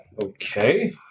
okay